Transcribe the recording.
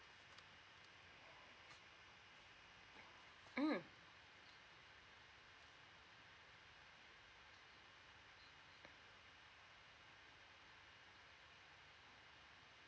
mm